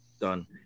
done